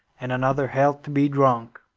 and another health to be drunk.